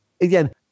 Again